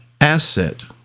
asset